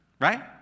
right